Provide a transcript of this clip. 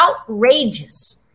outrageous